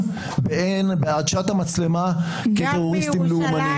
בעדשת המצלמה כטרוריסטים לאומנים.